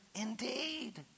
indeed